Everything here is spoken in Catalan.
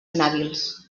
inhàbils